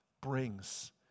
brings